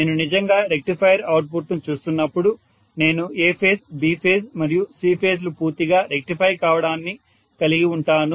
నేను నిజంగా రెక్టిఫైయర్ అవుట్పుట్ను చూస్తున్నప్పుడు నేను A ఫేజ్ B ఫేజ్ మరియు C ఫేజ్ లు పూర్తిగా రెక్టిఫై కావడాన్ని కలిగివుంటాను